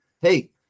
hey